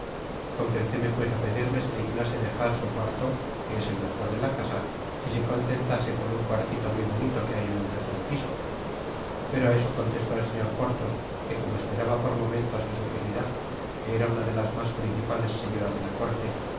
mas concreteme pues á pedirle se dignase dejar su cuarto que es el mejor de la casa y se contentase con un cuartito muy bonito que hay en el tercer piso pero á eso contestó el señor porthos que como esperaba por momentos á su querida que era una de las mas principales señoras de la corte